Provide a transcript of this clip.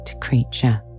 creature